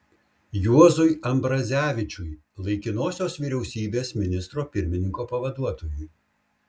juozui ambrazevičiui laikinosios vyriausybės ministro pirmininko pavaduotojui